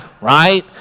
right